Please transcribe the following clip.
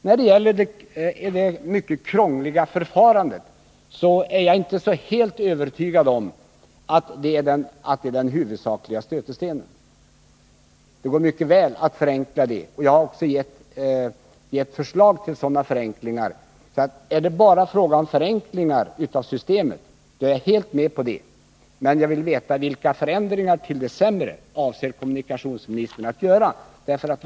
När det gäller det mycket krångliga förfarandet är jag inte helt övertygad om att det är den huvudsakliga stötestenen. Det går mycket väl att förenkla det hela, och jag har också gett förslag till sådana förenklingar. Är det bara fråga om förenklingar i systemet, är jag helt med på det. Men jag vill veta vilka förändringar till det sämre som kommunikationsministern avser att vidta.